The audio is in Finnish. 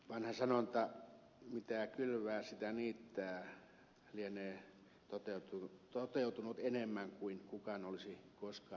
vanha sanonta mitä kylvää sitä niittää lienee toteutunut enemmän kuin kukaan olisi koskaan arvannut